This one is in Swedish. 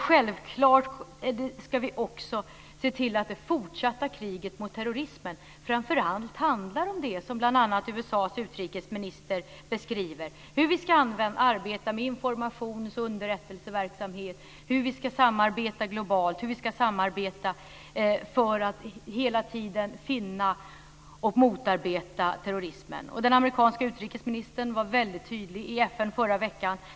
Självfallet ska vi också se till att det fortsatta kriget mot terrorismen framför allt handlar om det som bl.a. USA:s utrikesminister beskriver. Det gäller hur vi ska arbeta med information och underrättelseverksamhet, hur vi ska samarbeta globalt, hur vi ska samarbeta för att hela tiden motarbeta terrorismen. Den amerikanske utrikesministern var väldigt tydlig i FN förra veckan.